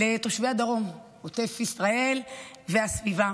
לתושבי הדרום, עוטף ישראל והסביבה,